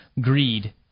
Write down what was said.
greed